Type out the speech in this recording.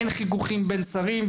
אין חיכוכים בין שרים,